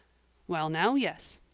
well now, yes.